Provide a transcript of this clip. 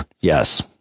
Yes